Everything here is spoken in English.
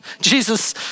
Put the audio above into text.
Jesus